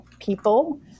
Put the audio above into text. people